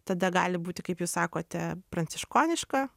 tada gali būti kaip jūs sakote pranciškoniška